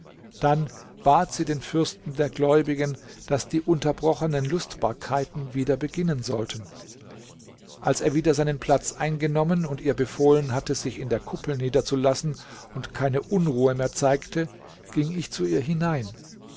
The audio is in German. dann bat sie den fürsten der gläubigen daß die unterbrochenen lustbarkeiten wieder beginnen sollten als er wieder seinen platz eingenommen und ihr befohlen hatte sich in der kuppel niederzulassen und keine unruhe mehr zeigte ging ich zu ihr hinein